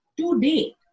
today